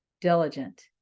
diligent